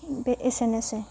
बे एसेनोसै